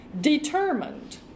determined